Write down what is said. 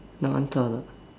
nak hantar tak